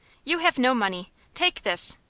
you have no money. take this,